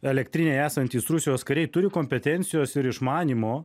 elektrinėje esantys rusijos kariai turi kompetencijos ir išmanymo